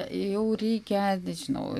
jau reikia žinau